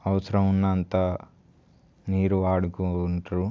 అవసరం ఉన్నంత నీరు వాడుకుంటారు